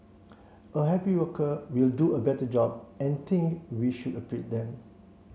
a happy worker will do a better job and think we should appreciate them